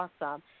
awesome